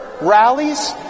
rallies